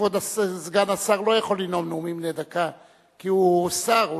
כבוד סגן השר לא יכול לנאום נאומים בני דקה כי הוא שר,